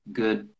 good